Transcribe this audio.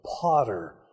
potter